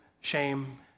shame